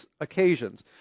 occasions